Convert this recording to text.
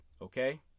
Okay